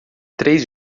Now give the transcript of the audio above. três